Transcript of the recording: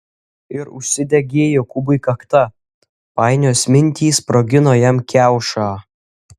ir užsidegė jokūbui kakta painios mintys sprogino jam kiaušą